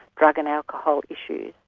drug and alcohol issues.